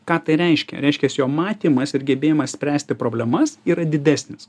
ką tai reiškia reiškias jo matymas ir gebėjimas spręsti problemas yra didesnis